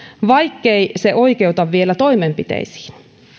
vaikkei se oikeuta vielä toimenpiteisiin